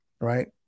right